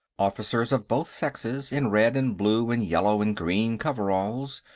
officers of both sexes, in red and blue and yellow and green coveralls,